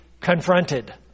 confronted